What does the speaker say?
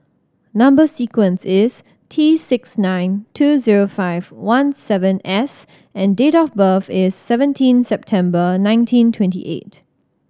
number sequence is T six nine two zero five one seven S and date of birth is seventeen September nineteen twenty eight